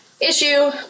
issue